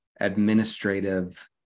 administrative